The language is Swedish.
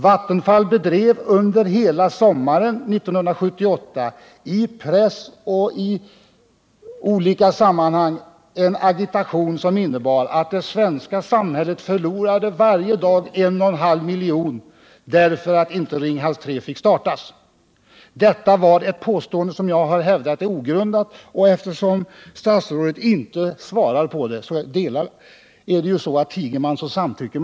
Vattenfall bedrev under hela sommaren 1978 i pressen och i olika andra sammanhang en agitation som gick ut på att det svenska samhället varje dag förlorade 1,5 milj.kr., därför att Ringhals 3 inte fick startas. Jag har hävdat att detta påstående var ogrundat, och eftersom statsrådet inte svarat på den här punkten gäller väl ordspråket: den som tiger han samtycker.